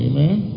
Amen